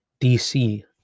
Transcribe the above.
DC